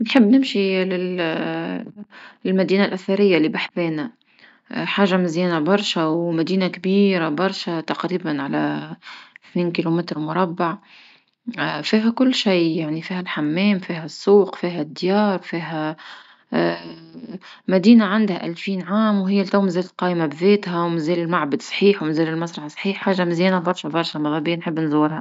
نحب نمشي لل- للمدينةالأثرية اللي بحذانا حاجة مزيانة برشة ومدينة كبيرة برشة تقريبا على إثنين كلمتر مربع، فيها كل شئ يعني فيها الحمام فيها السوق فيها ديار فيها، مدينة عندها ألفين عام وهيا لتو مزالها قايمة بذاتها ومزال المعبد صحيح ومزال المصرح صحيح حاجة مزيانة برشا برشا مذا بيا نحب نزورها.